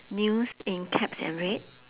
news in caps and red